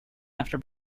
after